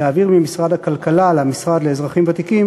להעביר ממשרד הכלכלה למשרד לאזרחים ותיקים